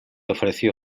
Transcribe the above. ofreció